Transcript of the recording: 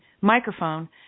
microphone